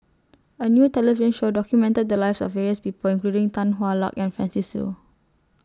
A New television Show documented The Lives of various People including Tan Hwa Luck and Francis Seow